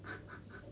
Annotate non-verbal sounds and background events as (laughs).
(laughs)